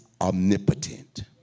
omnipotent